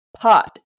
pot